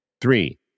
Three